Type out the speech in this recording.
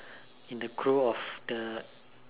in the crew of the